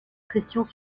pression